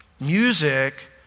Music